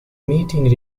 meeting